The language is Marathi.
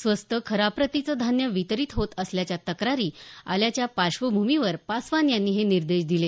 स्वस्त खराब प्रतीचं धान्य वितरित होत असल्याच्या तक्रारी आल्याच्या पार्श्वभूमीवर पासवान यांनी हे निर्देश दिले